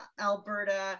Alberta